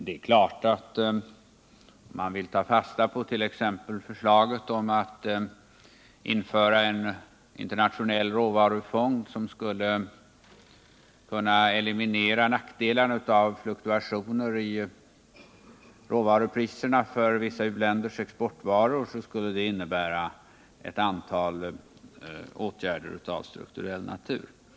Om man vill ta fasta på exempelvis förslaget om att införa en internationell råvarufond för att eliminera nackdelarna av fluktuationer i råvarupriserna för vissa u-länders exportvaror, så innebär det att ett antal åtgärder av strukturell natur måste vidtas.